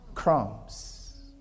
Crumbs